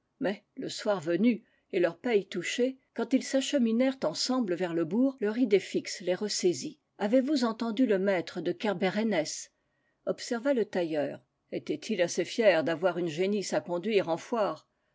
le soir venu et leur paye touchée quand ils s'acheminèrent ensem ble vers le bourg leur idée fixe les ressaisit avez-vous entendu le maître de kerbérennès observa le tailleur etait-il assez fier d'avoir une génisse à conduire en foire